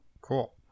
cool